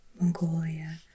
Mongolia